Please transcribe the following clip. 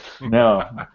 No